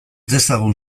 dezagun